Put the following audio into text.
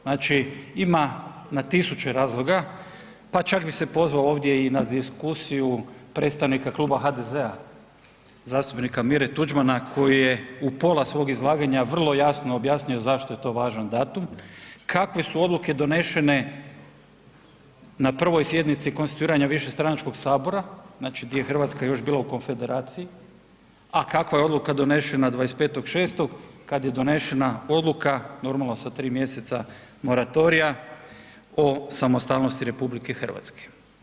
Znači ima na tisuće razloga pa čak bi se pozvao ovdje i na diskusiju predstavnika Kluba HDZ-a zastupnika Mire Tuđmana koji je u pola svog izlaganja vrlo jasno objasnio zašto je to važan datum, kakve su odluke donešene na prvoj sjednici konstituiranja višestranačkog sabora, znači gdje je Hrvatska još bila u konfederaciji, a kakva je odluka donešena 25.6. kad je donešena odluka normalno sa 3 mjeseca moratorija o samostalnosti RH.